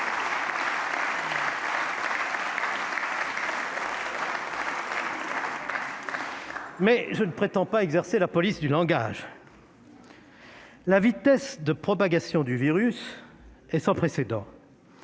Mais je ne prétends pas exercer la police du langage ! La vitesse de propagation du virus est sans précédent.